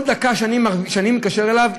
כל דקה שאני מתקשר אליו,